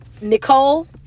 nicole